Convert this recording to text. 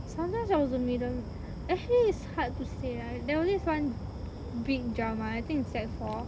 sometimes I was the middle actually it's hard to say lah there was this [one] big drama I think in sec four